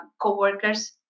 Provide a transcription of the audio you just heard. co-workers